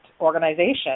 organization